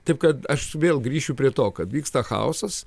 taip kad aš vėl grįšiu prie to kad vyksta chaosas